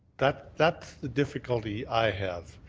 that's that's the difficulty i have.